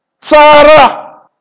Sarah